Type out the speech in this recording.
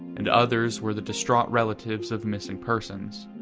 and others were the distraught relatives of missing persons.